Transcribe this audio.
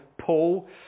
Paul